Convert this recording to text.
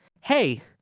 hey